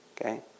Okay